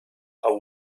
are